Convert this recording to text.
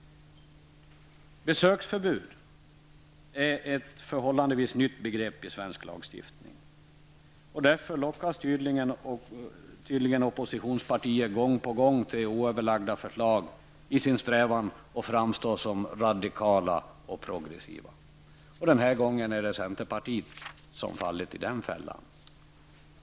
Besöksförbud är ett förhållandevis nytt begrepp i svensk lagstiftning. Därför lockas tydligen oppositionspartier gång på gång till oöverlagda förslag i sin strävan att framstå som radikala och progressiva. Den här gången är det centerpartiet som har fallit i den fällan.